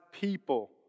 people